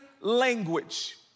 language